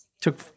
took